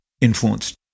influenced